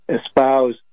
espouse